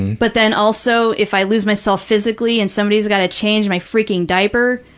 but then also, if i lose myself physically and somebody's got to change my freaking diaper,